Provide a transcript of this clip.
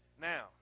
now